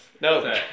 No